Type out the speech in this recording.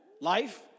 Life